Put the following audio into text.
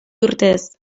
urtez